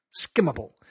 Skimmable